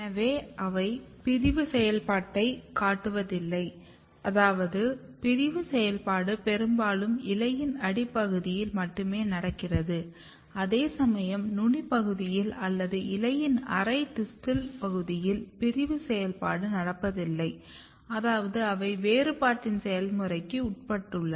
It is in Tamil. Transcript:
எனவே அவை பிரிவு செயல்பாட்டைக் காட்டுவதுதில்லை அதாவது பிரிவு செயல்பாடு பெரும்பாலும் இலையின் அடிப்பகுதியில் மட்டுமே நடக்கிறது அதேசமயம் நுனி பகுதியில் அல்லது இலையின் அரை டிஸ்டல் பகுதியில் பிரிவு செயல்பாடு நடப்பதில்லை அதாவது அவை வேறுபாட்டின் செயல்முறைக்கு உட்பட்டுள்ளன